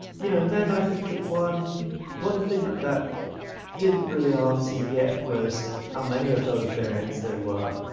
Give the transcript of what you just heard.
you know, and then i think that one one thing that that didn't really answer yet was how many of those variants there were.